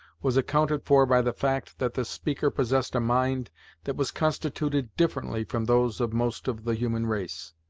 was accounted for by the fact that the speaker possessed a mind that was constituted differently from those of most of the human race.